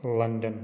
London